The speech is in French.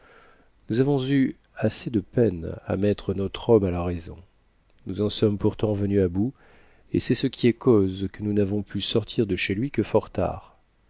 nous avons eu assez de peine à mettre notre homme a ht raison nous en sommes pourtant venus à bout et c'est ce qui est usctjuc nous n'avons pu sortir de chez lui que fort tard